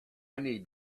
need